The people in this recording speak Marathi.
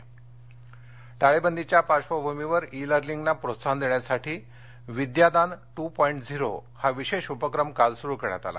विद्यादान टाळेबंदीच्या पार्श्वभूमीवर ई लर्निंगला प्रोत्साहन देण्यासाठी विद्यादान टू पॉईंट झिरो हा विशेष उपक्रम काल सुरू करण्यात आला